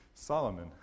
Solomon